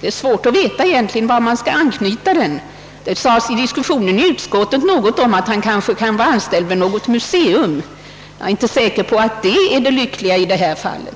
Det är nämligen svårt att veta var man skall knyta an den. Under diskussion i utskottet talades det bl.a. om att vederbörande kanske kunde vara anställd vid något museum, men jag är inte säker på att det vore det lyckligaste i detta fall.